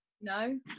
No